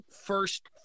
first